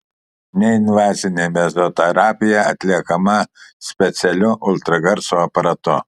neinvazinė mezoterapija atliekama specialiu ultragarso aparatu